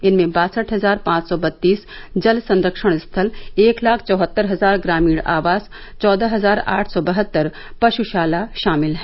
इनमें बासठ हजार पांच सौ बत्तीस जल संरक्षण स्थल एक लाख चौहत्तर हजार ग्रामीण आवास चौदह हजार आठ सौ बहत्तर पशुशाला शामिल हैं